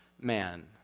man